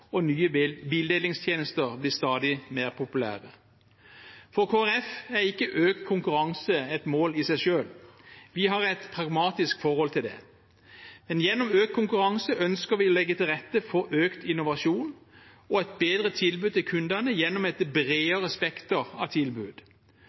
og nye bildelingstjenester blir stadig mer populære. For Kristelig Folkeparti er ikke økt konkurranse et mål i seg selv. Vi har et pragmatisk forhold til det. Men gjennom økt konkurranse ønsker vi å legge til rette for økt innovasjon og et bedre tilbud til kundene, gjennom